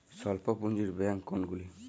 স্বল্প পুজিঁর ব্যাঙ্ক কোনগুলি?